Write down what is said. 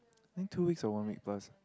then two weeks or one week plus